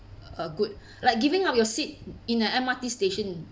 uh good like giving up your seat in a M_R_T station